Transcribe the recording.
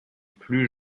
plus